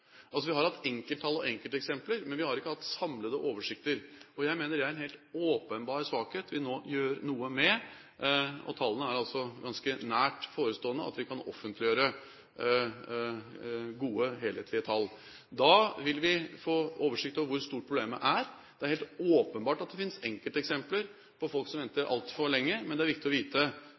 Vi har hatt enkelttall og enkelteksempler, men vi har ikke hatt samlede oversikter. Det mener jeg er en åpenbar svakhet, som vi nå gjør noe med. Det er altså ganske nær forestående at vi kan offentliggjøre gode, helhetlige tall. Da vil vi få oversikt over hvor stort problemet er. Det er helt åpenbart at det finnes enkelteksempler på folk som venter altfor lenge, men det er viktig å vite